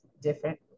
different